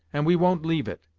and we won't leave it.